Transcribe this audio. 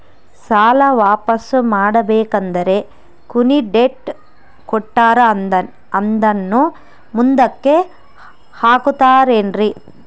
ಸಾಲ ವಾಪಾಸ್ಸು ಮಾಡಬೇಕಂದರೆ ಕೊನಿ ಡೇಟ್ ಕೊಟ್ಟಾರ ಅದನ್ನು ಮುಂದುಕ್ಕ ಹಾಕುತ್ತಾರೇನ್ರಿ?